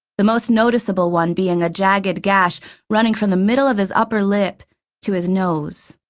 the most noticeable one being a jagged gash running from the middle of his upper lip to his nose.